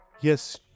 Yes